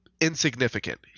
insignificant